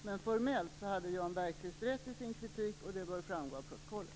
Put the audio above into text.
Men formellt hade Jan Bergqvist rätt i sin kritik, och det bör framgå av protokollet.